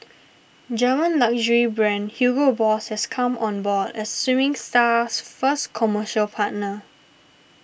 German luxury brand Hugo Boss has come on board as swimming star's first commercial partner